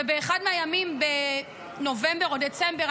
ובאחד מהימים בנובמבר או בדצמבר,